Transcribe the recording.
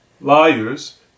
Liars